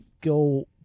go